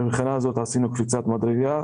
מבחינה זו עשינו קפיצת מדרגה.